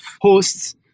hosts